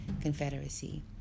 confederacy